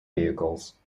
vehicles